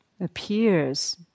appears